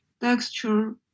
texture